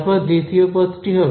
তারপর দ্বিতীয় পদটি হবে